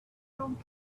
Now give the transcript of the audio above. drunk